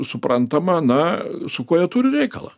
suprantama na su kuo jie turi reikalą